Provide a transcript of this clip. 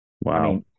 Wow